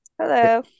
Hello